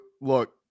look